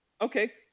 okay